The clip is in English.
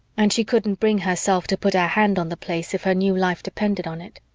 and she couldn't bring herself to put her hand on the place if her new life depended on it.